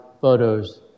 photos